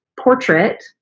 portrait